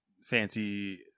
fancy